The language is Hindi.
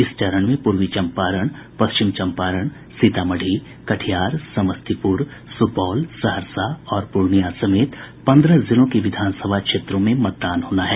इस चरण में पूर्वी चम्पारण पश्चिम चम्पारण सीतामढ़ी कटिहार समस्तीपुर सुपौल सहरसा और पूर्णिया समेत पन्द्रह जिलों के विधानसभा क्षेत्रों में मतदान होना है